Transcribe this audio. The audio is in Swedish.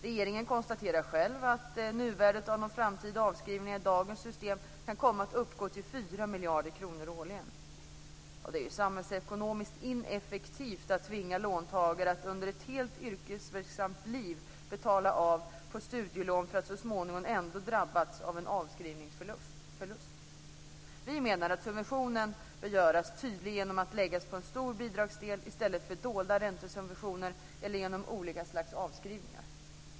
Regeringen konstaterar själv att nuvärdet av framtida avskrivningar i dagens system kan komma att uppgå till 4 miljarder kronor årligen. Det är samhällsekonomiskt ineffektivt att tvinga låntagare att under ett helt yrkesverksamt liv betala av på studielån för att så småningom ändå drabbas av en avskrivningsförlust. Vi menar att subventionen bör göras tydlig genom att läggas på en stor bidragsdel i stället för dolda räntesubventioner eller genom olika slags avskrivningar.